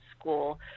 school